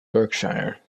berkshire